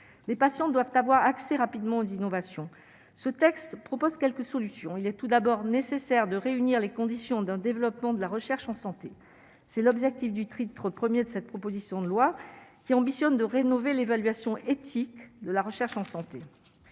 les patients doivent avoir accès rapidement aux innovations, ce texte propose quelques solutions, il est tout d'abord nécessaire de réunir les conditions d'un développement de la recherche en santé, c'est l'objectif du tri trop 1er de cette proposition de loi qui ambitionne de rénover l'évaluation éthique de la recherche en santé,